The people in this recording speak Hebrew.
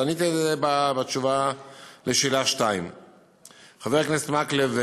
אז עניתי על זה בתשובה על שאלה 2. חבר הכנסת מקלב,